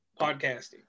podcasting